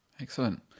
Excellent